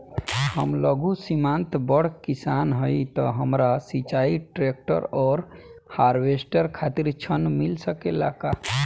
हम लघु सीमांत बड़ किसान हईं त हमरा सिंचाई ट्रेक्टर और हार्वेस्टर खातिर ऋण मिल सकेला का?